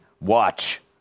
Watch